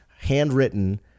handwritten